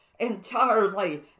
Entirely